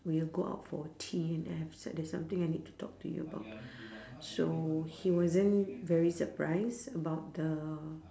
we'll go out for tea and I said there's something I need to talk to you about so he wasn't very surprised about the